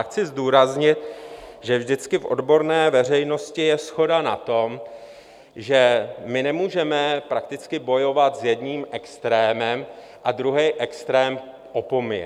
Chci zdůraznit, že vždycky v odborné veřejnosti je shoda na tom, že my nemůžeme prakticky bojovat s jedním extrémem a druhý extrém opomíjet.